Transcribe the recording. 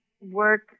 work